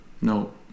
no